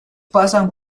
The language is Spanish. pasan